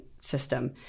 system